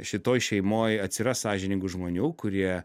šitoj šeimoj atsiras sąžiningų žmonių kurie